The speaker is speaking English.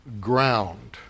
ground